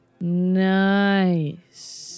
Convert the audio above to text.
Nice